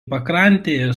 pakrantėje